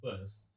first